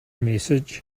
message